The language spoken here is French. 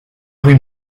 rue